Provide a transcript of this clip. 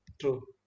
true